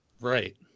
Right